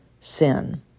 Sin